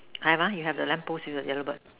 have ah you have the lamp post and yellow bird